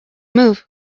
move